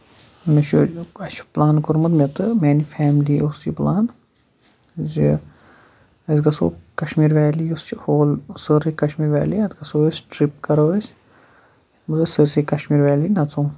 مےٚ چھُ یہِ اَسہِ چھُ پٔلان کوٚرمُت مےٚ تہٕ میانہِ فیملی اوس یہِ پٔلان زِ أسۍ گژھو کَشمیٖر ویلی یُس چھِ ہول سٲرٕے کَشمیٖر ویلی یتھ گژھو أسۍ ٹرپ کَرو أسۍ مَگر سٲرسی کَشمیٖر ویلی نَژو